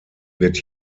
wird